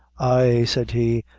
ay, said he,